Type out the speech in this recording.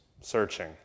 Searching